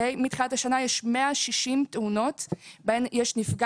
מתחילת השנה יש 160 תאונות בהן יש נפגע